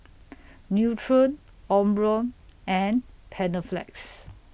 Nutren Omron and Panaflex